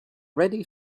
ready